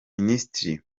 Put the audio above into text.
ministre